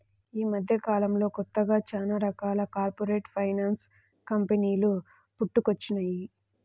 యీ మద్దెకాలంలో కొత్తగా చానా రకాల కార్పొరేట్ ఫైనాన్స్ కంపెనీలు పుట్టుకొచ్చినియ్యి